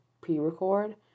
pre-record